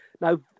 Now